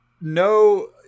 no